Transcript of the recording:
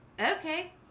okay